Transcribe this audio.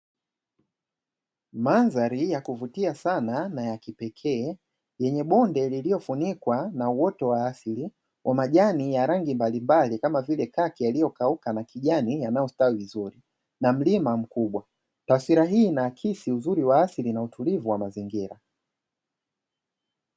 Madhari ya kuvutia sana na ya kipekee, yenye bonde lililofunikwa na uoto wa asili wa majani ya rangi mbalimbali kama vile kaki aliyokauka na kijani yanayostawi vizuri, na mlima mkubwa tafsiri hii inaakisi uzuri wa asili na utulivu wa mazingira.